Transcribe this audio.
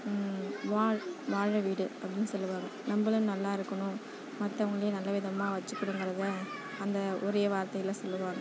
வாழ் வாழவிடு அப்படின் சொல்லுவாங்க நம்மளும் நல்லாயிருக்குணும் மற்றவுங்களையும் நல்ல விதமாக வச்சுக்கிணுங்கிறத அந்த ஒரே வார்த்தையில் சொல்லுவாங்க